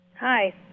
Hi